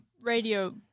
radio